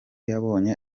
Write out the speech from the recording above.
yabonye